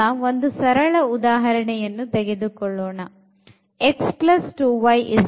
ಈಗ ಒಂದು ಸರಳ ಉದಾಹರಣೆಯನ್ನು ತೆಗೆದುಕೊಳ್ಳೋಣ